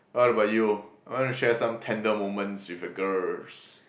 what about you wanna share some tender moments with a girls